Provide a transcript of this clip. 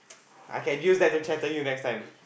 I can use that to threaten you next time